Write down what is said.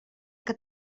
que